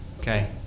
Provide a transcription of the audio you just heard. Okay